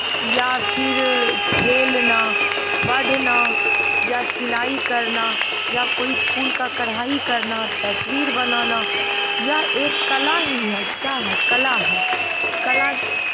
या फिर खेलना पढ़ना या सिलाई करना या कोई फूल का कढ़ाई करना तस्वीर बनाना यह एक कला ही है क्या है कला है कला